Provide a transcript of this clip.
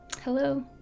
hello